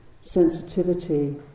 sensitivity